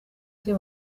rya